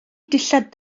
dillad